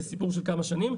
זה סיפור של כמה שנים.